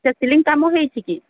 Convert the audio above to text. ଆଚ୍ଛା ସିଲିଂ କାମ ହୋଇଛି କି